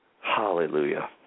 Hallelujah